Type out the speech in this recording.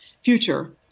future